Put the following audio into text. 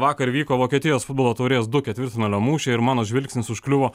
vakar įvyko vokietijos futbolo taurės du ketvirtfinalio mūšiai ir mano žvilgsnis užkliuvo